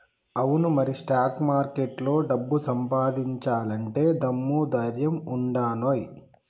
అవును మరి స్టాక్ మార్కెట్లో డబ్బు సంపాదించాలంటే దమ్ము ధైర్యం ఉండానోయ్